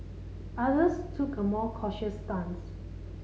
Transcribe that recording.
others took a more cautious stance